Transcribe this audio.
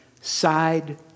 side